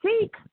seek